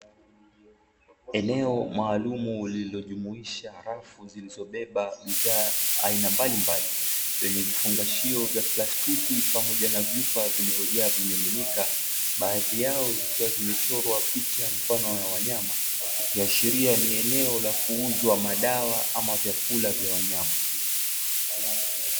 Eneo maalumu lililojumuisha rafu zilozo beba bidhaa aina mbalimbali, lenye vifungashio vya plastiki pamoja na vyupa vilivyo jaa vimiminika baadhi yao zikiwa zimechorwa picha mfano wa wanyama, likiashiria ni eneo la kuuzwa madawa ama vyakula vya wanyama.